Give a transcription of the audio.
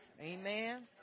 amen